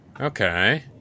Okay